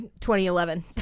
2011